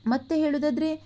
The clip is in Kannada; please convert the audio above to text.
ಮತ್ತೆ ಹೇಳೋದಾದರೆ